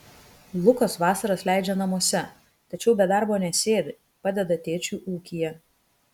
lukas vasaras leidžia namuose tačiau be darbo nesėdi padeda tėčiui ūkyje